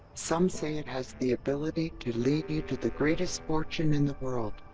some say it has the ability to lead you to the greatest fortune in the world.